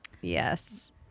Yes